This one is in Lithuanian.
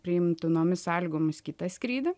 priimtinomis sąlygomis kitą skrydį